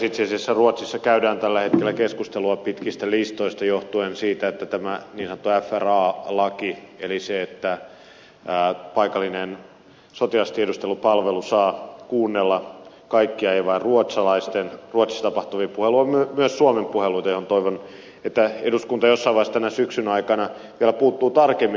itse asiassa ruotsissa käydään tällä hetkellä keskustelua pitkistä listoista johtuen siitä että tämä niin sanottu fra laki sallii paikallisen sotilastiedustelupalvelun kuunnella kaikkia puheluita ei vain ruotsalaisten ruotsissa tapahtuvia puheluita vaan myös suomen puheluita mihin toivon eduskunnan jossain vaiheessa tämän syksyn aikana vielä puuttuvan tarkemmin